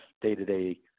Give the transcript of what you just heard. day-to-day